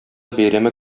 бәйрәме